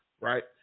Right